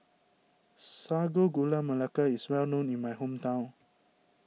Sago Gula Melaka is well known in my hometown